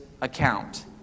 account